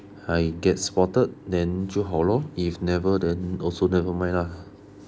I get spotted than 就好 lor if never then also never mind ah